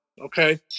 Okay